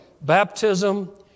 baptism